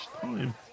time